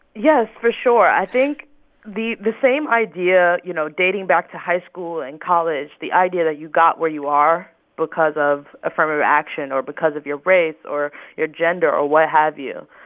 yes, for sure. i think the the same idea you know, dating back to high school and college, the idea that you got where you are because of affirmative action or because of your race or your gender or what have you,